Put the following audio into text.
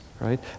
right